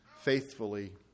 faithfully